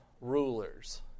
rulers